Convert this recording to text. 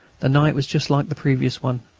the night was just like the previous one,